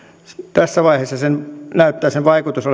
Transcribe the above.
tässä vaiheessa sen vaikutus